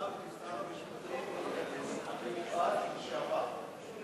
אמרתי שר המשפטים המיועד לשעבר.